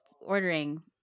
ordering